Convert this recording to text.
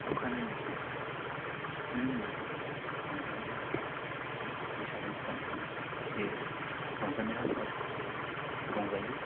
अखानायैनिफ्राय जोङो रंजानाय हाबाफारि जिखौ बैसागो मोसानाय होनो बे रंजानाय हाबाफारिखौ जोङो रंजायो